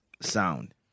sound